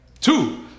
two